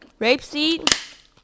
rapeseed